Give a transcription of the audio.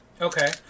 Okay